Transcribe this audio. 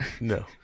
no